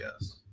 yes